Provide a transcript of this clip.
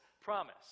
promise